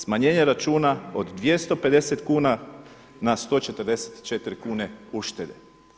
Smanjenje računa od 250 kuna na 144 kune uštede.